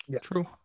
true